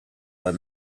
were